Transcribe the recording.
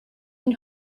can